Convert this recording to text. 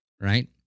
right